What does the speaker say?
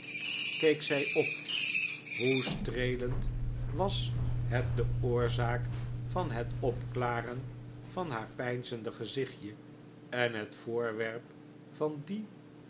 keek zij op hoe streelend was het de oorzaak van het opklaren van haar peinzende gezichtje en het voorwerp van die